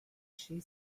she